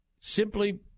simply